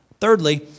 Thirdly